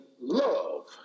love